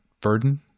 burden